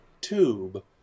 tube